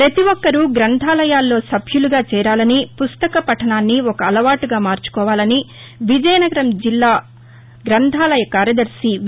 ప్రపతి ఒక్కరూ గ్రంథాలయాల్లో సభ్యులుగా చేరాలని పుస్తక పఠనం ఒక అలవాటుగా మార్చుకోవాలని విజయనగరం జిల్లా గ్రంథాలయ కార్యదర్శి వి